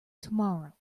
tomorrow